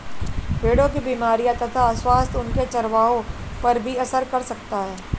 भेड़ों की बीमारियों तथा स्वास्थ्य उनके चरवाहों पर भी असर कर सकता है